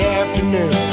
afternoon